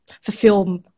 fulfill